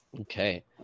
Okay